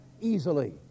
easily